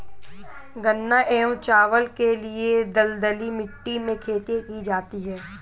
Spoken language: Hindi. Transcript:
गन्ना एवं चावल के लिए दलदली मिट्टी में खेती की जाती है